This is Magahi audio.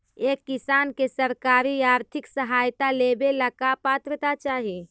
एक किसान के सरकारी आर्थिक सहायता लेवेला का पात्रता चाही?